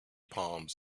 palms